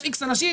יש שאיקס אנשים,